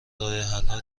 راهحلها